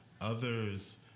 Others